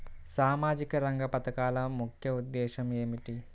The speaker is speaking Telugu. సామాజిక రంగ పథకాల ముఖ్య ఉద్దేశం ఏమిటీ?